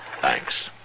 Thanks